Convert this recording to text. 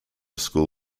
school